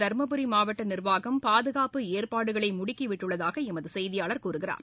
தருமபுரி மாவட்ட நிர்வாகம் பாதுகாப்பு ஏற்பாடுகளை முடுக்கிவிட்டுள்ளதாக எமது செய்தியாளர் கூறுகிறார்